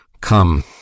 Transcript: Come